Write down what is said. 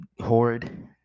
horrid